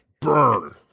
Burn